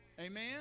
Amen